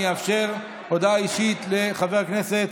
אני אאפשר הודעה אישית לחבר הכנסת